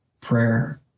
prayer